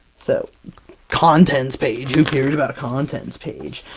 so contents page. who cares about contents page?